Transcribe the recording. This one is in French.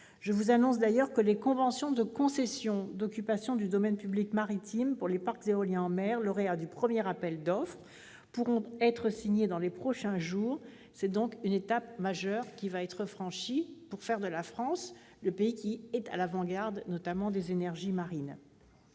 Je vous annonce d'ailleurs que les conventions de concession d'occupation du domaine public maritime pour les parcs éoliens en mer qui sont lauréats du premier appel d'offres pourront être signées dans les prochains jours. C'est donc une étape majeure qui va ainsi être franchie, pour placer la France à l'avant-garde en matière d'énergies marines.